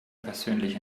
persönlich